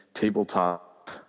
tabletop